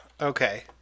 Okay